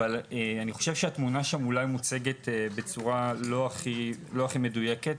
אבל אני חושב שהתמונה שם מוצגת אולי בצורה לא הכי מדויקת,